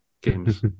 games